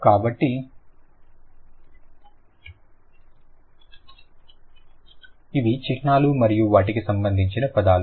కాబట్టి ఇవి చిహ్నాలు మరియు వాటికి సంబంధించిన పదాలు